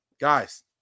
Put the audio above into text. guys